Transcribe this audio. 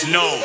no